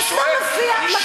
אתה סתם מפריח.